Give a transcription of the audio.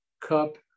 cup